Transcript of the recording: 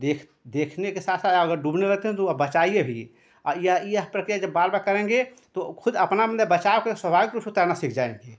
देख देखने के साथ साथ अगर डूबने लगते हैं तो अब बचाइए भी यह यह प्रक्रिया जब बार बार करेंगे तो वह खुद अपना मतलब बचाव के स्वाभाविक रूप से तैरना सीख जाएँगे